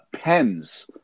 pens